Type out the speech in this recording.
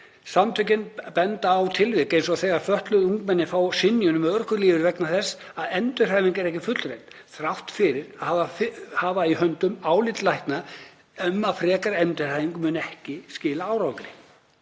Samtökin benda á tilvik eins og þegar fötluð ungmenni fá synjun um örorkulífeyri vegna þess að endurhæfing er ekki fullreynd, þrátt fyrir að hafa í höndum álit lækna um að frekari endurhæfing muni ekki skila árangri.